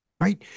right